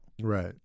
Right